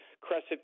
Crescent